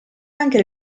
anche